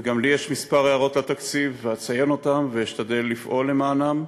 וגם לי יש כמה הערות לתקציב ואציין אותן ואשתדל לפעול בעניינן,